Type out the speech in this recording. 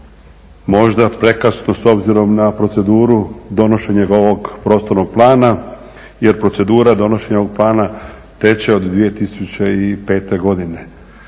Možda prekasno s obzirom na proceduru donošenja ovog prostornog plana jer procedura donošenja ovog plana teče od 2005.godine.